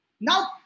now